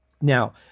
Now